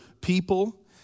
people